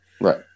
right